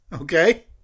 Okay